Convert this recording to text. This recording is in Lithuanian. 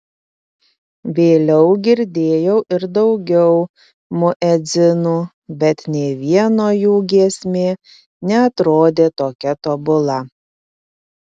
vėliau girdėjau ir daugiau muedzinų bet nė vieno jų giesmė neatrodė tokia tobula